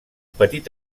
petit